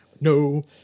No